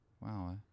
Wow